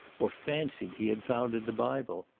or fancied he had found in the bible.